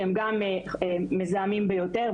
שהם גם מזהמים ביותר.